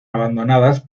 abandonadas